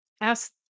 Ask